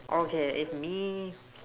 okay if me